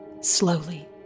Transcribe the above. Slowly